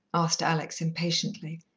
asked alex impatiently.